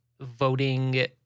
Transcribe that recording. voting